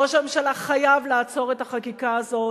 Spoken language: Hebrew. ראש הממשלה חייב לעצור את החקיקה הזאת.